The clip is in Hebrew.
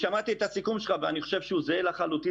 שמעתי את הסיכום שלך ואני חושב שהוא זהה לחלוטין